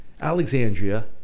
Alexandria